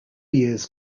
years